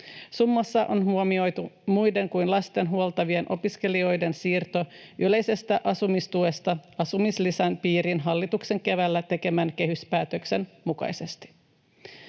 Summassa on huomioitu muiden kuin lastaan huoltavien opiskelijoiden siirto yleisestä asumistuesta asumislisän piiriin hallituksen keväällä tekemän kehyspäätöksen mukaisesti.